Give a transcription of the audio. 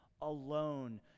alone